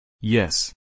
Yes